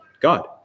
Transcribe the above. God